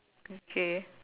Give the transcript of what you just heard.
okay